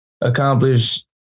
accomplish